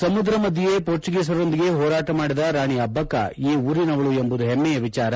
ಸಮುದ್ರ ಮಧ್ಯೆಯೇ ಪೋರ್ಚುಗೀಸರೊಂದಿಗೆ ಹೋರಾಟ ಮಾಡಿದ ರಾಣಿ ಅಬ್ಬಕ್ಕ ಈ ಉರಿನವರು ಎಂಬುದು ಹೆಮ್ಮೆಯ ವಿಚಾರ